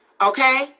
okay